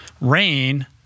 Rain